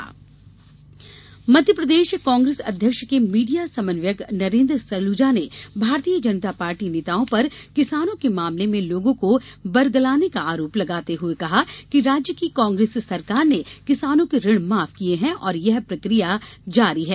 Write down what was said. किसान आरोप मध्यप्रदेश कांग्रेस अध्यक्ष के मीडिया समन्वयक नरेंद्र सलूजा ने भारतीय जनता पार्टी नेताओं पर किसानों के मामले में लोगों को बरगलाने का आरोप लगाया लगाते हुए कहा कि राज्य की कांग्रेस सरकार ने किसानों के ऋण माफ किए हैं और यह प्रक्रिया जारी है